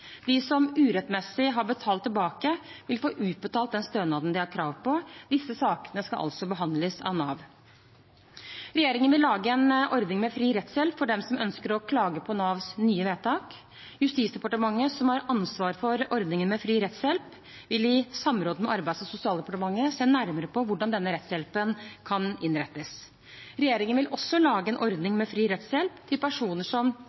De som urettmessig har betalt tilbake, vil få utbetalt stønaden de har krav på. Disse sakene skal altså behandles av Nav. Regjeringen vil lage en ordning med fri rettshjelp for dem som ønsker å klage på Navs nye vedtak. Justisdepartementet, som har ansvar for ordningen med fri rettshjelp, vil i samråd med Arbeids- og sosialdepartementet se nærmere på hvordan denne rettshjelpen kan innrettes. Regjeringen vil også lage en ordning med fri rettshjelp for personer som